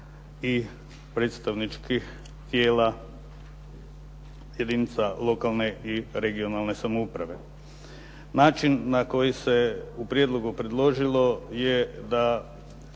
i predstavničkih tijela jedinica lokalne i regionalne samouprave. Način na koji se u prijedlogu predložilo je da